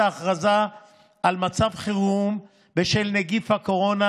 ההכרזה על מצב חירום בשל נגיף הקורונה,